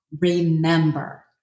remember